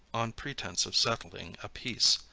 on pretence of settling a peace,